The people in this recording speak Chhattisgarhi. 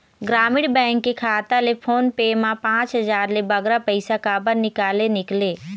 ग्रामीण बैंक के खाता ले फोन पे मा पांच हजार ले बगरा पैसा काबर निकाले निकले?